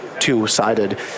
Two-sided